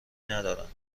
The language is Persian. ندارند